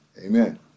Amen